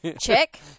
check